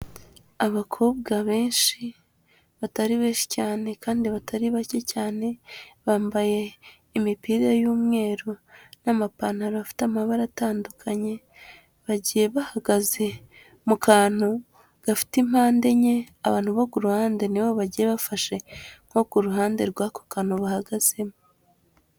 Abakobwa benshi batari benshi cyane kandi batari bake cyane, bambaye imipira y'umweru n'amapantaro afite amabara atandukanye, bagiye bahagaze mu kantu gafite impande enye, abantu bo ku ruhande ni bo bagiye bafashe nko ku ruhande rw'ako kantu bahagazemo.